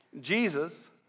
Jesus